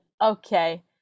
Okay